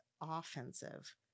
offensive